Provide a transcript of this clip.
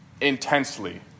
intensely